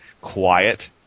quiet